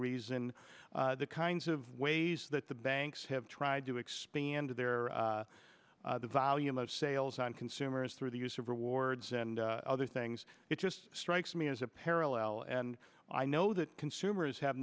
reason the kinds of ways that the banks have tried to expand their the volume of sales on consumers through the use of rewards and other things it just strikes me as a parallel and i know that consumers have